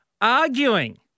arguing